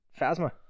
phasma